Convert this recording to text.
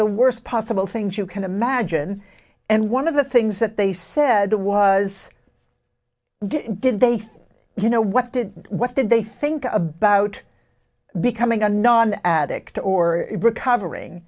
the worst possible things you can imagine and one of the things that they said was did they see you know what did what did they think about becoming a non addict or a recovering